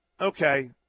okay –